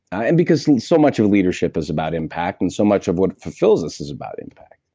and because so much of leadership is about impact and so much of what fulfills us is about impact.